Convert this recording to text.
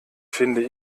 finde